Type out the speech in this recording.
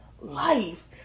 life